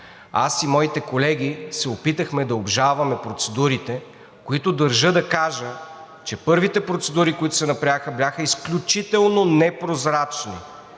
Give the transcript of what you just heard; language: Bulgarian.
аз и моите колеги се опитахме да обжалваме процедурите. И държа да кажа, че първите процедури, които се направиха, бяха изключително непрозрачни!